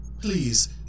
Please